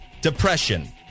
depression